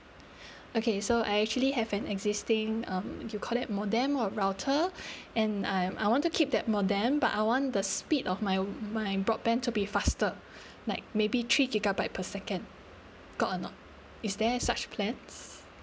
okay so I actually have an existing um you called that modem or router and I I want to keep that modem but I want the speed of my my broadband to be faster like maybe three gigabyte per second got or not is there such plans